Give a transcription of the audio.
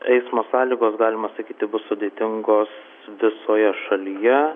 eismo sąlygos galima sakyti bus sudėtingos visoje šalyje